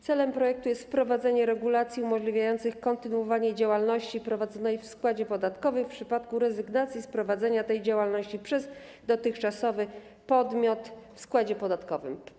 Celem projektu jest wprowadzenie regulacji umożliwiających kontynuowanie działalności prowadzonej w składzie podatkowym w przypadku rezygnacji z prowadzenia tej działalności przez dotychczasowy podmiot w składzie podatkowym.